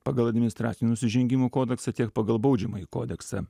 pagal administracinių nusižengimų kodeksą tiek pagal baudžiamąjį kodeksą